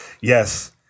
yes